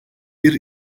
bir